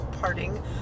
parting